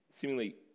seemingly